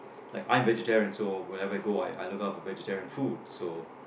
like I'm very vegetarian so whenever I go I look out for vegetarian food so